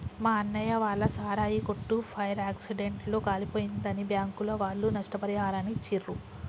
మా అన్నయ్య వాళ్ళ సారాయి కొట్టు ఫైర్ యాక్సిడెంట్ లో కాలిపోయిందని బ్యాంకుల వాళ్ళు నష్టపరిహారాన్ని ఇచ్చిర్రు